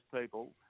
people